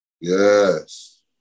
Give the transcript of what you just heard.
Yes